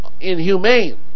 inhumane